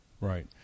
Right